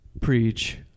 preach